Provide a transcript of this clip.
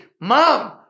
Mom